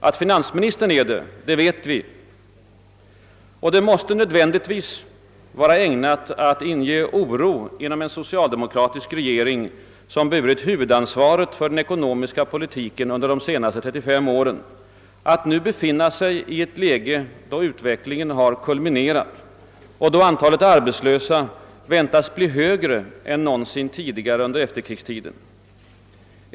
Att finansministern är det, det vet vi, och det måste nödvändigtvis vara ägnat att inge oro inom en socialdemokratisk regering som burit huvudansvaret för den ekonomiska politiken under de senaste 35 åren att nu befinna sig i ett läge, då utvecklingen har kulminerat och då antalet arbetslösa Vväntas bli högre än någon gång tidigare under efterkrigstiden.